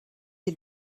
est